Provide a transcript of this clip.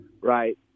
right